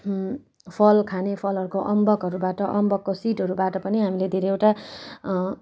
फल खाने फलहरूको अम्बकहरूबाट अम्बकको सिडहरूबाट पनि हामीले धेरैवटा